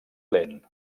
lent